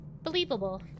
Believable